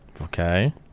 Okay